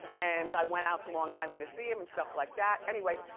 and i went out to long and island to see him and stuff like that. anyway,